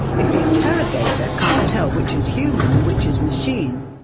if the interrogator cannot tell which is human and which is machine,